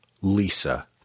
Lisa